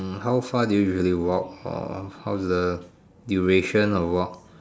hmm how far do you usually walk or how's the duration of walk